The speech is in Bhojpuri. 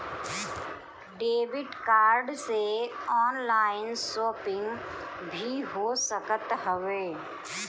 डेबिट कार्ड से ऑनलाइन शोपिंग भी हो सकत हवे